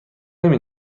نمی